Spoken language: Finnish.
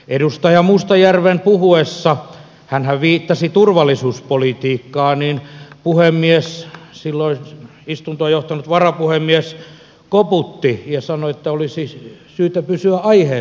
edustaja mustajärven puhuessa hänhän viittasi turvallisuuspolitiikkaan puhemies silloin istuntoa johtanut varapuhemies koputti ja sanoi että olisi syytä pysyä aiheessa